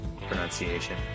pronunciation